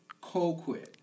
Colquitt